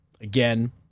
again